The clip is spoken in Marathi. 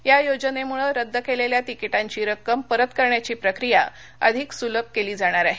या योजनेमुळ रद्द केलेल्या तिकिटांची रक्कम परत करण्याची प्रक्रिया अधिक सुलभ केली जाणार आहे